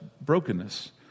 brokenness